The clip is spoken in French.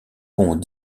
pont